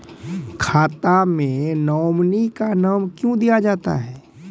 खाता मे नोमिनी का नाम क्यो दिया जाता हैं?